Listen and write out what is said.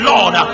Lord